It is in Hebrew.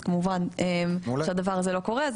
ואז כמובן שהדבר הזה לא קורה.